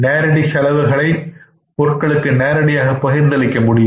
நேரடி செலவுகளை பொருட்களுக்கு நேரடியாக பகிர்ந்தளிக்க முடியும்